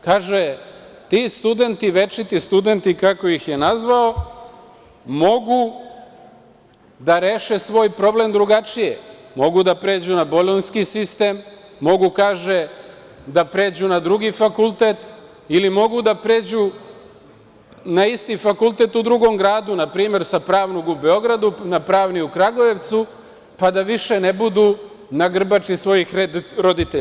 Kaže, ti studenti, večiti studenti, kako ih je nazvao, mogu da reše svoj problem drugačije, mogu da pređu na bolonjski sistem, mogu da pređu na drugi fakultet, ili mogu da pređu na isti fakultet u drugom gradu, na primer, sa Pravnog u Beogradu, na Pravni u Kragujevcu, pa da više ne budu na grbači svojih roditelja.